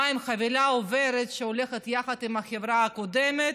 מה, הם חבילה עוברת, שהולכת יחד עם החברה הקודמת,